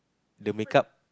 the makeup